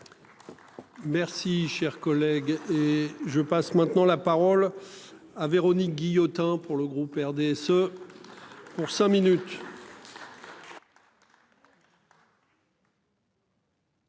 Merci cher collègue. Et je passe maintenant la parole à Véronique Guillotin pour le groupe RDSE. Pour cinq minutes.